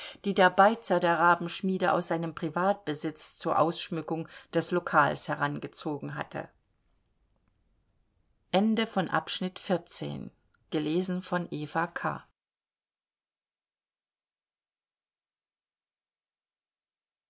die der beizer der rabenschmiede aus seinem privatbesitz zur ausschmückung des lokals herangezogen hatte